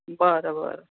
बरं बरं